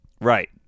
Right